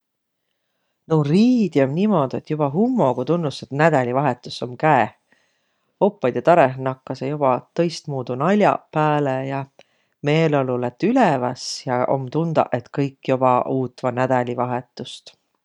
No riidi om niimuudu, et joba hummogu tunnus, et nädälivahetus om käeh. Oppajidõ tarõh nakkasõq joba tõistmuudu nal'aq pääle ja meeleolu lätt üleväs ja om tundaq, et kõik joba uutvaq nädälivahetust.